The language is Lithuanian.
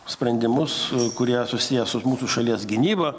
sprendimus kurie susiję su mūsų šalies gynyba